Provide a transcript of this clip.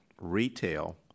retail